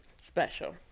special